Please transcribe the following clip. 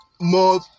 more